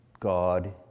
God